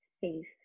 safe